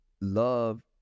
love